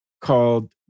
called